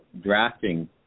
drafting